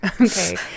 Okay